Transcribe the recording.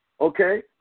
okay